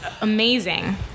amazing